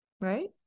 right